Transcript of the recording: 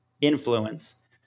influence